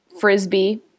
frisbee